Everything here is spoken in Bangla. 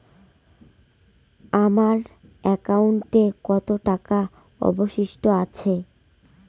আমার একাউন্টে কত টাকা অবশিষ্ট আছে?